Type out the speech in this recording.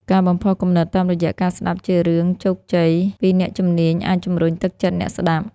ការបំផុសគំនិតតាមរយះការស្តាប់ជារឿងជោគជ័យពីអ្នកជំនាញអាចជំរុញទឹកចិត្តអ្នកស្តាប់។